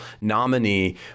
nominee